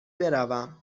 بروم